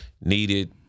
needed